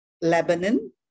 Lebanon